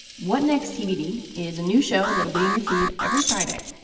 what next tbd is a new show that will be in your feed every friday.